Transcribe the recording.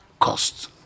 costs